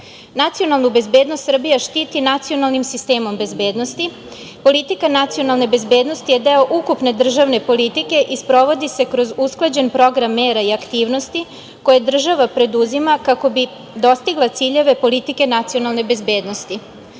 druge. Nacionalnu bezbednost Srbija štiti nacionalnim sistemom bezbednosti. Politika nacionalne bezbednosti je deo ukupne državne politike i sprovodi se kroz usklađen program mera i aktivnosti koje država preduzima kako bi dostigla ciljeve politike nacionalne bezbednosti. Bezbednosni